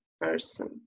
person